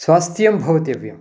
स्वास्थ्यं भवितव्यम्